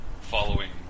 following